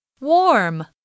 Warm